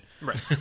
Right